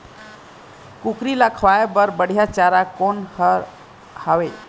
कुकरी ला खवाए बर बढीया चारा कोन हर हावे?